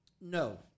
no